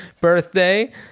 birthday